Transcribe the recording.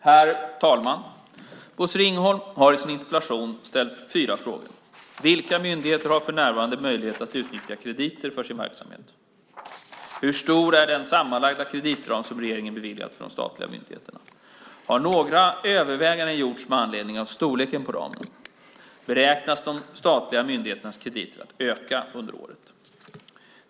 Herr talman! Bosse Ringholm har i sin interpellation ställt fyra frågor: 1. Vilka myndigheter har för närvarande möjlighet att utnyttja krediter för sin verksamhet? 2. Hur stor är den sammanlagda kreditramen som regeringen har beviljat de statliga myndigheterna? 3. Har några överväganden gjorts med anledning av storleken på ramen? 4. Beräknas de statliga myndigheternas krediter att öka under året?